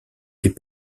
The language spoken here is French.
est